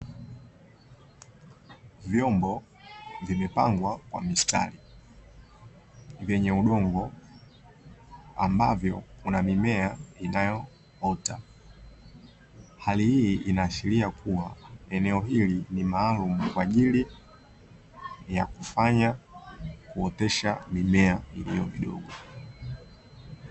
Vyombo vimepangwa kwa mistari, vyenye udongo ambavyo kuna mimea inayoota. Hali hii inaashiria kuwa eneo hili ni maalumu kwa ajili ya kufanya kuotesha mimea kidogo kidogo.